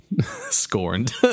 scorned